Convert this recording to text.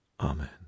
Amen